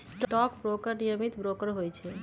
stock broker विनियमित broker होइ छइ